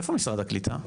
איפה משרד הקליטה?